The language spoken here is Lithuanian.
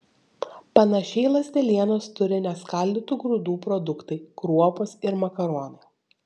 panašiai ląstelienos turi neskaldytų grūdų produktai kruopos ir makaronai